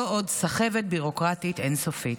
לא עוד סחבת ביורוקרטית אין-סופית.